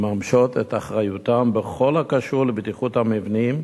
מממשות את אחריותן בכל הקשור לבטיחות המבנים,